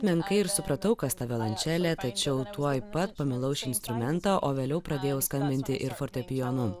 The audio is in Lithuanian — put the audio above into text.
menkai ir supratau kas ta violončelė tačiau tuoj pat pamilau šį instrumentą o vėliau pradėjau skambinti ir fortepijonu